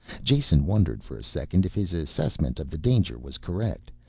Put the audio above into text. jason wondered for a second if his assessment of the danger was correct,